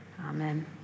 Amen